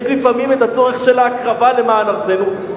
יש לפעמים צורך של הקרבה למען ארצנו,